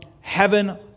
heaven